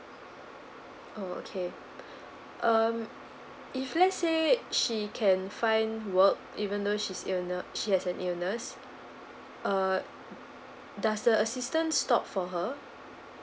oh okay um if let's say she can find work even though she's ill now she has an illness err does the assistant stop for her